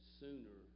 sooner